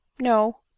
No